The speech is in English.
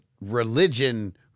religion